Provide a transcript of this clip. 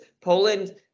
Poland